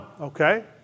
Okay